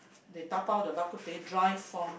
they dabao the Bak-kut-teh dry form